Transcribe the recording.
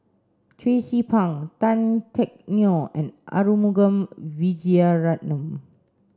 Tracie Pang Tan Teck Neo and Arumugam Vijiaratnam